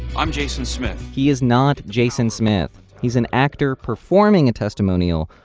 i'm jason smith he is not jason smith. he's an actor performing a testimonial,